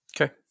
Okay